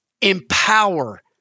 empower